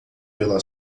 pela